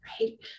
right